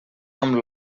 amb